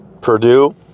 Purdue